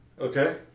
Okay